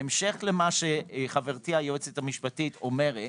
בהמשך למה שחברתי היועצת המשפטית אומרת,